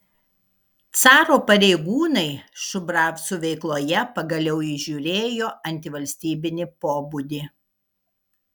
caro pareigūnai šubravcų veikloje pagaliau įžiūrėjo antivalstybinį pobūdį